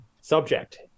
subject